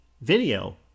video